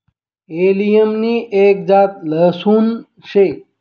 allium नि एक जात लहसून शे